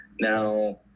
Now